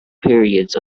periods